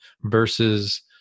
versus